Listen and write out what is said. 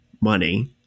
money